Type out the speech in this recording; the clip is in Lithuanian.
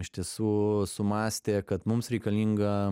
iš tiesų sumąstė kad mums reikalinga